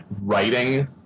writing